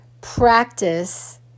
practice